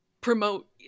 promote